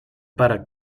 para